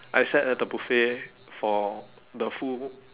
I sat at the buffet for the full